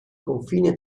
confine